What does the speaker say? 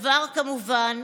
כמובן,